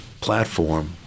platform